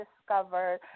discovered